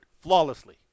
flawlessly